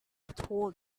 told